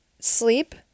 sleep